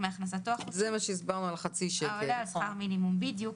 מהכנסתו החודשית העולה על שכר המינימום לחודש,